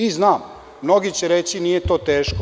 I znam, mnogi će reći - Nije to teško.